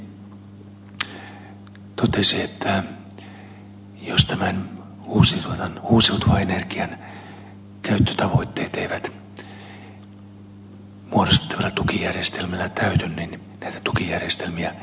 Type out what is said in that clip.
tuossa ministeri totesi että jos tämän uusiutuvan energian käyttötavoitteet eivät muodostettavalla tukijärjestelmällä täyty niin näitä tukijärjestelmiä muutetaan